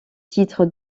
titre